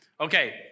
Okay